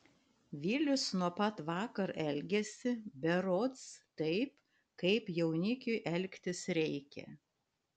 vilius nuo pat vakar elgiasi berods taip kaip jaunikiui elgtis reikia